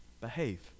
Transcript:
behave